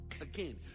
Again